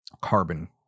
carbon